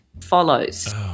Follows